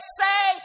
say